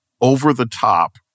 over-the-top